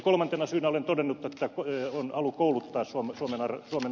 kolmantena syynä olen todennut että on halu kouluttaa suomen armeijaa